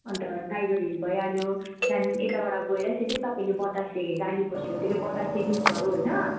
अन्त Tiger Hill भइहाल्यो त्यहाँदेखि यताबाट गएर सिधै तपाईँले बतासे डालीको छेउतिर बतासे लुपहरू होइन